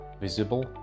visible